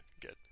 good